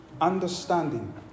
understanding